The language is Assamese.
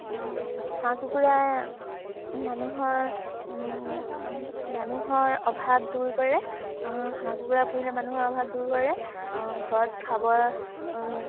হাঁহ কুকুৰাই মানুহৰ মানুহৰ অভাৱ দূৰ কৰে হাঁহ কুকুৰা পুহিলে মানুহৰ অভাৱ দূৰ কৰে ঘৰত খাব